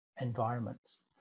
environments